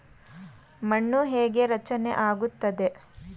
ಮಣ್ಣು ಹೇಗೆ ರಚನೆ ಆಗುತ್ತದೆ?